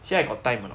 see I got time or not